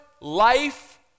life